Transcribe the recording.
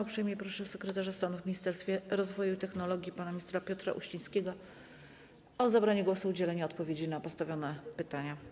Uprzejmie proszę sekretarza stanu w Ministerstwie Rozwoju i Technologii pana ministra Piotra Uścińskiego o zabranie głosu i udzielenie odpowiedzi na podstawione pytania.